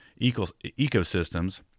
ecosystems